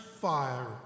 fire